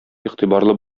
игътибарлы